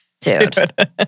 Dude